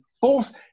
force